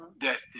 death